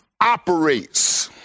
operates